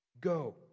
go